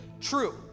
true